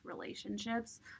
relationships